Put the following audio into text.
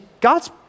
God's